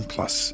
Plus